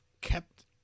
kept